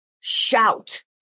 shout